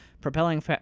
propelling